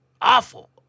Awful